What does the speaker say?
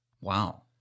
wow